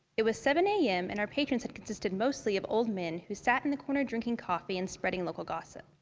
it was seven am and her patrons had consisted mostly of old men who sat in the corner drinking coffee and spreading local gossip.